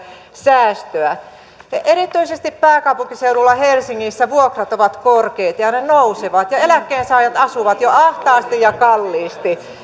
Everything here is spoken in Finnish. säästöä erityisesti pääkaupunkiseudulla helsingissä vuokrat ovat korkeita ja ne nousevat ja eläkkeensaajat asuvat jo ahtaasti ja kalliisti